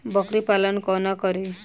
बकरी पालन कोना करि?